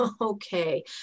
okay